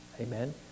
Amen